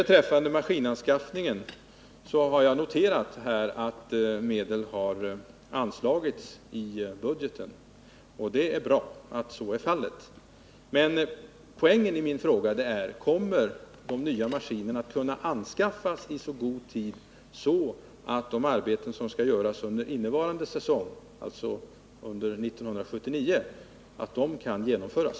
Beträffande maskinanskaffningen vill jag säga att jag har noterat att medel har anslagits i budgeten. Det är bra att så är fallet. Men poängen med min fråga är: Kommer de nya maskinerna att kunna anskaffas i så god tid att de arbeten som skall göras under innevarande säsong, alltså under 1979, kan genomföras?